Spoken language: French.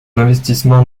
investissement